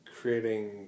creating